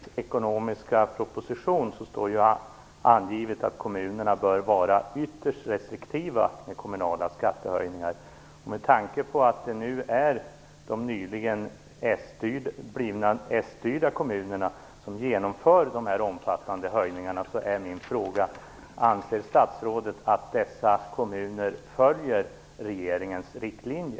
Fru talman! I regeringens ekonomiska proposition står angivet att kommunerna bör vara ytterst restriktiva med kommunala skattehöjningar. Med tanke på att det är kommuner som nyligen fått socialdemokratiskt styre som genomför de omfattande höjningarna är min fråga: Anser statsrådet att dessa kommuner följer regeringens riktlinje?